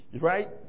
Right